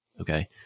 Okay